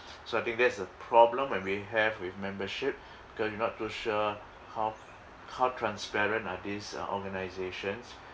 so I think that's the problem when we have with membership cause you're not too sure how how transparent are these uh organizations